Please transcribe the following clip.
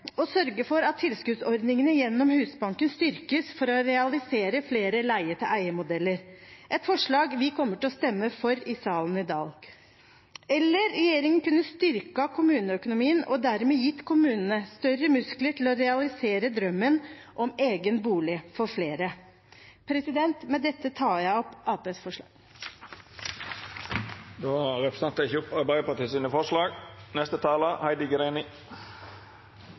å sørge for at tilskuddsordningene gjennom Husbanken styrkes for å realisere flere leie-til-eie-modeller – et forslag vi kommer til å stemme for i salen i dag. Eller regjeringen kunne styrket kommuneøkonomien og dermed gitt kommunene større muskler til å realisere drømmen om egen bolig for flere. Med dette tar jeg opp det forslaget Arbeiderpartiet har sammen med Sosialistisk Venstreparti. Representanten Siri Gåsemyr Staalesen har teke opp